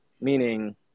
Meaning